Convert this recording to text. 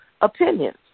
opinions